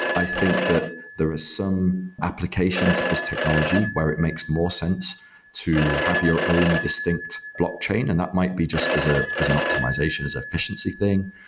i think that there are some applications of this technology where it makes more sense to have your own distinct blockchain, and that might be just as ah as an optimization, as an efficiency thing.